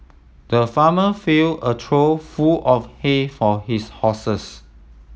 the farmer filled a trough full of hay for his horses